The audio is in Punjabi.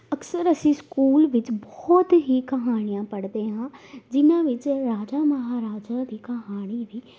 ਅਕਸਰ ਅਸੀਂ ਸਕੂਲ ਵਿੱਚ ਬਹੁਤ ਹੀ ਕਹਾਣੀਆਂ ਪੜ੍ਹਦੇ ਹਾਂ ਜਿਹਨਾਂ ਵਿੱਚ ਰਾਜਾ ਮਹਾਰਾਜਾ ਦੀ ਕਹਾਣੀ ਵੀ